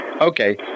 Okay